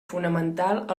fonamental